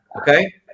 okay